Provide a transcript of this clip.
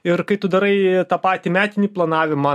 ir kai tu darai tą patį metinį planavimą